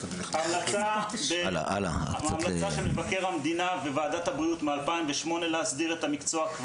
ההמלצה של מבקר המדינה וועדת הבריאות ב-2008 הייתה להסדיר את המקצוע.